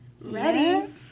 Ready